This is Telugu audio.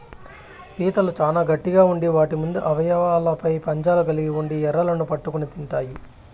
పీతలు చానా గట్టిగ ఉండి వాటి ముందు అవయవాలపై పంజాలు కలిగి ఉండి ఎరలను పట్టుకొని తింటాయి